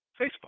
Facebook